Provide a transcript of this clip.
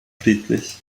friedlich